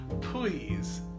please